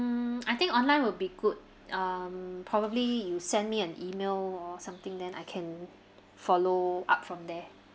I think online will be good um probably you send me an email or something then I can follow up from there